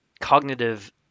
cognitive